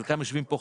חלקם יושבים פה,